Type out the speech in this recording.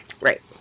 Right